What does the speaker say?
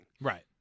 Right